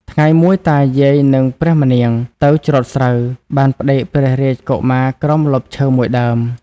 ថ្ងៃមួយ តាយាយ នឹងព្រះម្នាងទៅច្រូតស្រូវ បានផ្ដេកព្រះរាជកុមារក្រោមម្លប់ឈើ ១ដើម ។